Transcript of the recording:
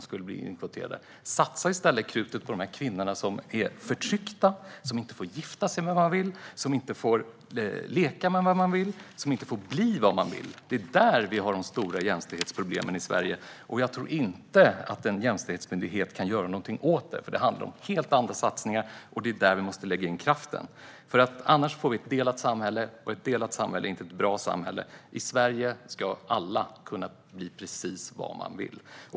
Satsa i stället krutet på de kvinnor som är förtryckta, inte får gifta sig med vem de vill, inte får leka med vem de vill och inte får bli vem de vill! Det är där vi har de stora jämställdhetsproblemen i Sverige, och jag tror inte att en jämställdhetsmyndighet kan göra något åt det. Det handlar om helt andra satsningar, och det är där vi måste lägga in kraften. Annars får vi ett delat samhälle, och det är inte ett bra samhälle. I Sverige ska alla kunna bli precis vad de vill.